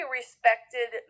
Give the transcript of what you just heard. respected